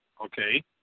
Okay